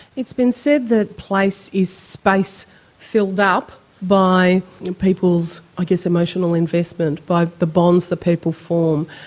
it's been said that place is space filled up by people's, i guess, emotional investment, by the bonds the people form.